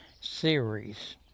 series